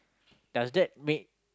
does that make